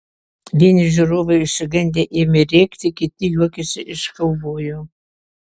vieni žiūrovai išsigandę ėmė rėkti kiti juokėsi iš kaubojų